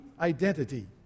identity